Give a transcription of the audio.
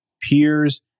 peers